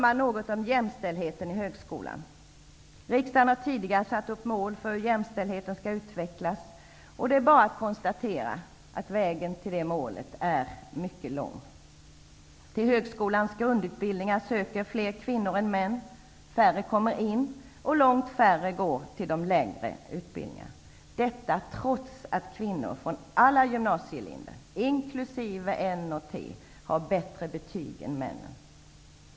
Sedan några ord om jämställdheten inom högskolan. Riksdagen har tidigare satt upp ett mål för hur jämställdheten skall utvecklas. Det är bara att konstatera att vägen till det målet är mycket lång. Till högskolans grundutbildningar söker fler kvinnor än män. Men färre kvinnor än män kommer in och långt färre kvinnor går vidare till de längre utbildningarna -- trots att kvinnor från alla gymnasielinjer, inkl. de naturvetenskapliga och tekniska linjerna, har bättre betyg än männen.